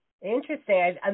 Interesting